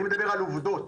אני מדבר על עובדות,